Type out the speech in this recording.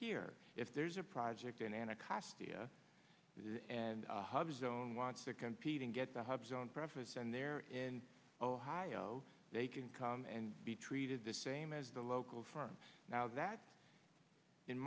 here if there's a project in anacostia and hub zone wants to compete and get the hub zone for office and they're in ohio they can come and be treated the same as the local firm now that in